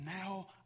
now